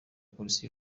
polisi